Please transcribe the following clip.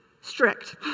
strict